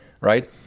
right